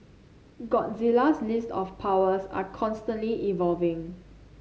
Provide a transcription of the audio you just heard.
Godzilla's list of powers are constantly evolving